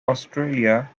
australia